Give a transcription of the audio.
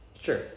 Sure